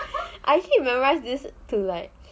I keep memorise this to like